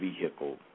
vehicle